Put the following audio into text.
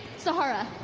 sahara.